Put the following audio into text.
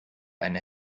eine